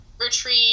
retreat